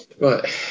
Right